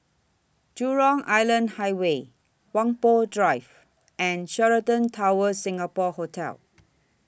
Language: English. Jurong Island Highway Whampoa Drive and Sheraton Towers Singapore Hotel